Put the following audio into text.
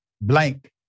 blank